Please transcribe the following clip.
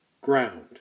ground